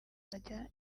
izajya